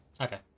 Okay